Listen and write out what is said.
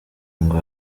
ngo